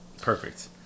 perfect